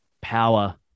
power